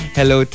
Hello